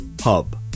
hub